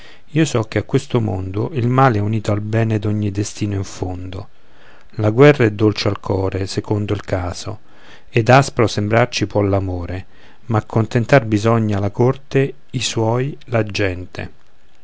io so che a questo mondo il male è unito al bene d'ogni destino in fondo la guerra è dolce al core secondo il caso ed aspro sembrar ci può l'amore ma contentar bisogna la corte i suoi la gente